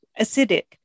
acidic